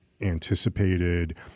anticipated